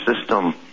system